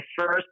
first